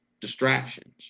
Distractions